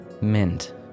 mint